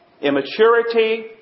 immaturity